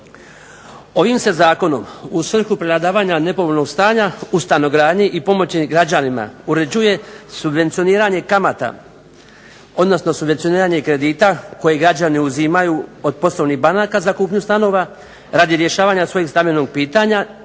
Ovim se zakonom u svrhu prevladavanja nepovoljnog stanja u stanogradnji i pomoći građanima uređuje subvencioniranje kamata odnosno subvencioniranje kredita koje građani uzimaju od poslovnih banaka za kupnju stanova radi rješavanja svog stambenog pitanja